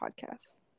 Podcasts